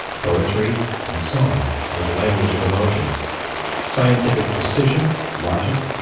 poetry and song are the language of emotions scientific precision, logic,